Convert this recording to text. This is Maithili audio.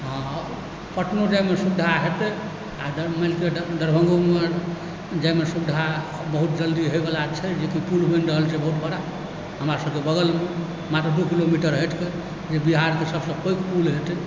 आओर पटनो जाइमे सुविधा हेतैक आओर मानि लिअ दरभङ्गोमे जाइमे सुविधा बहुत जल्दी होबयवला छै जेकि पूल बनि रहल छै बहुत बड़ा हमरा सभक बगलमे मात्र दू किलोमीटर हटिकऽ जे बिहारकेँ सबसँ पैघ पूल हेतैक